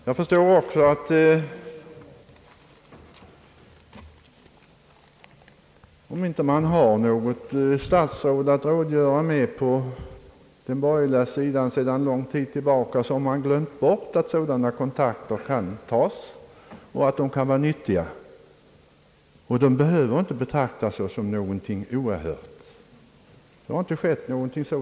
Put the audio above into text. Jag förstår också att om man sedan lång tid inte har något statsråd att rådgöra med på den borgerliga sidan, så har man glömt bort att sådana kontakter kan tas och att de kan vara nyttiga. De behöver inte betraktas som någonting oerhört.